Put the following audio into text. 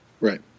Right